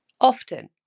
often